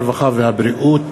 הרווחה והבריאות.